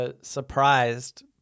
Surprised